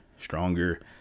stronger